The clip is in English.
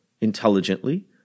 intelligently